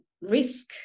risk